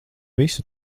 visu